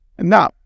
Now